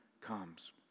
comes